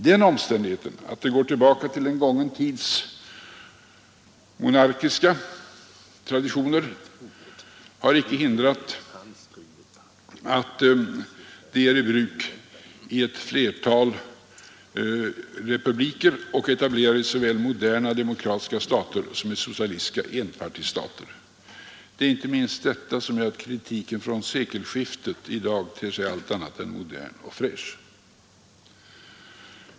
Den omständigheten att de går tillbaka till en gången tids monarkiska traditioner har inte hindrat att de är i bruk i ett otal republiker och etablerade i såväl moderna demokratiska stater som socialistiska enpartistater. Det är icke minst detta som gör att kritiken från sekelskiftet i dag ter sig allt annat än modern och fräsch.